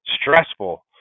stressful